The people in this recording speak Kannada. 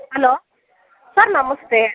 ಅಲೋ ಸರ್ ನಮಸ್ತೆ